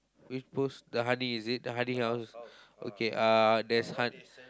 which post the honey is it the honey house okay uh there's hon~